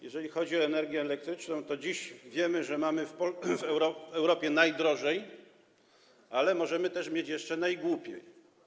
Jeżeli chodzi o energię elektryczną, to dziś wiemy, że mamy w Europie najdrożej, ale możemy mieć jeszcze najgłupiej.